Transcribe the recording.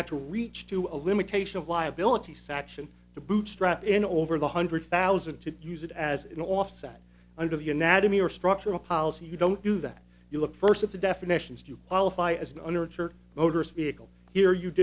got to reach to a limitation of liability section to bootstrap in over the hundred thousand to use it as an offset under the anatomy or structural policy you don't do that you look first at the definitions you qualify as an underachiever motorist vehicle here you